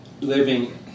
living